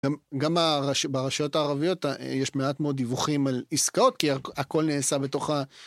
גם ברשויות הערביות יש מעט מאוד דיווחים על עסקאות כי הכל נעשה בתוך ה..